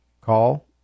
call